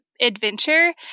adventure